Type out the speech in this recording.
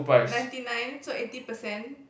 ninety nine so eighty percent